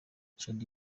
shaddy